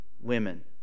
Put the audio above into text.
women